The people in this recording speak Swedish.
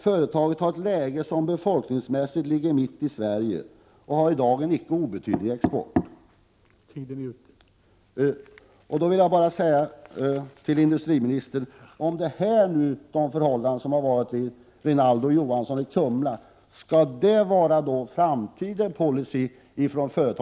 Företaget har ett läge som befolkningsmässigt ligger mitt i Sverige och har i dag en icke obetydlig export.